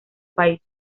país